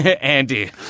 Andy